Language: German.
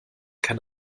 kann